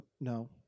No